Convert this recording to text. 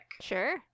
Sure